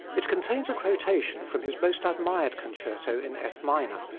it contains a quotation from his most admired concerto in f minor,